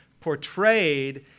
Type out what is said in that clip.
portrayed